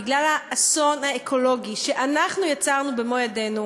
בגלל האסון האקולוגי שאנחנו יצרנו במו-ידינו,